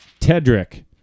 Tedrick